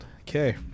Okay